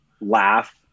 laugh